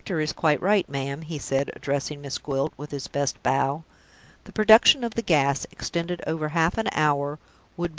the doctor is quite right, ma'am, he said, addressing miss gwilt, with his best bow the production of the gas, extended over half an hour,